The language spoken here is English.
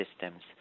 systems